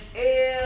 Ew